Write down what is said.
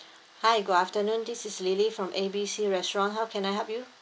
hi good afternoon this is lily from A B C restaurant how can I help you